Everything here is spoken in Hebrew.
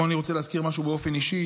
פה אני רוצה להזכיר משהו באופן אישי.